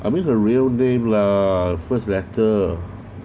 I mean her real name lah first letter